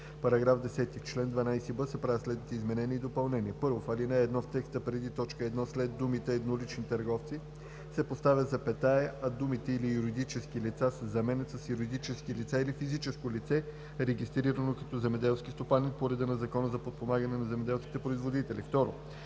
§ 10: „§ 10. В чл. 12б се правят следните изменения и допълнения: 1. В ал. 1, в текста преди т. 1 след думите „еднолични търговци“ се поставя запетая, а думите „или юридически лица“ се заменят с „юридически лица или физическо лице, регистрирано като земеделски стопанин по реда на Закона за подпомагане на земеделските производители“. 2.